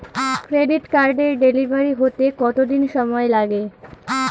Credit কার্ডের delivery হতে কতদিন সময় লাগে?